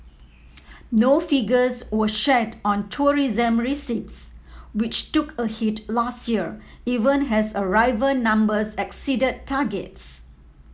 no figures were shared on tourism receipts which took a hit last year even has arrival numbers exceeded targets